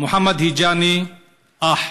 מוחמד היג'אני אח,